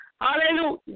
Hallelujah